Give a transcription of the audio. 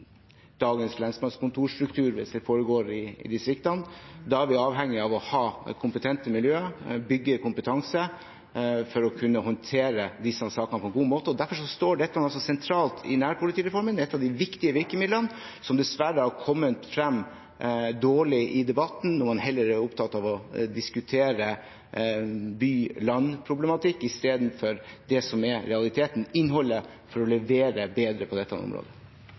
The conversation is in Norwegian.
dagens lensmannskontorstruktur, hvis det foregår i distriktene. Vi er avhengig av å ha kompetente miljøer og bygge kompetanse for å kunne håndtere disse sakene på en god måte. Derfor står dette sentralt i nærpolitireformen. Det er et av de viktige virkemidlene, som dessverre har kommet dårlig frem i debatten. Noen er heller opptatt av å diskutere by–land-problematikk enn av det som er realiteten: innholdet for å levere bedre på dette området.